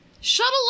Shuttle